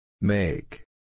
Make